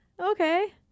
okay